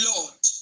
Lord